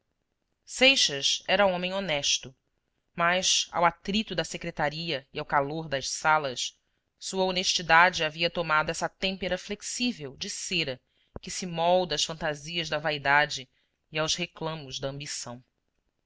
seixas era homem honesto mas ao atrito da secretaria e ao calor das salas sua honestidade havia tomado essa têmpera flexível de cera que se molda às fantasias da vaidade e aos reclamos da ambição